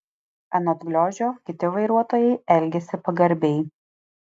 anot gliožio kiti vairuotojai elgiasi pagarbiai